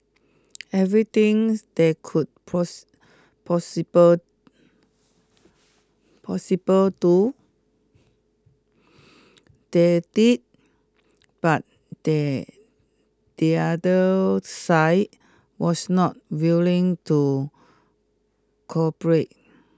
everything they could possible possible do they did but the the other side was not willing to cooperate